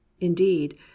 Indeed